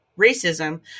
racism